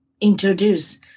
introduce